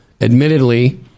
admittedly